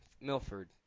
Milford